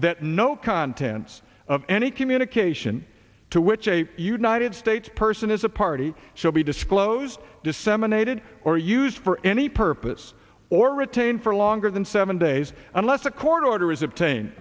that no contents of any communication to which a united states person is a party shall be disclosed disseminated or used for any purpose or retained for longer than seven days unless a court order is obtain